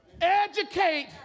educate